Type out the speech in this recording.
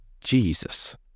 Jesus